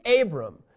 Abram